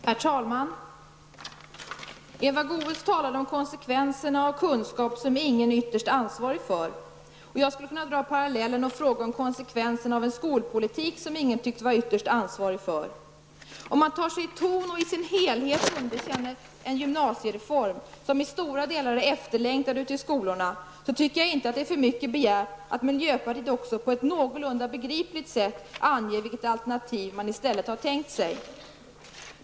Herr talman! Eva Goe s talade om konsekvenserna av kunskap som ingen ytterst är ansvarig för. Jag skulle kunna dra parallellen och fråga om konsekvensen av en skolpolitik som ingen ytterst tycks vara ansvarig för. Om man i miljöpartiet tar sig ton och underkänner en gymnasiereform i sin helhet, en reform som till stora delar är efterlängtad ute i skolorna, är det inte för mycket begärt att miljöpartiet också på ett någorlunda begripligt sätt anger vilket alternativ man i stället har tänkt sig.